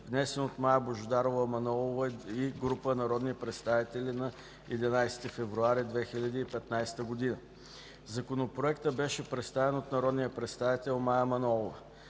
внесен от Мая Божидарова Манолова и група народни представители на 11 февруари 2015 г. Законопроектът беше представен от народния представител Мая Манолова.